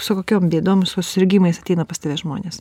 su kokiom bėdom susirgimais ateina pas tave žmonės